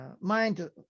mind